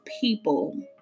people